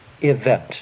event